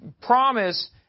promise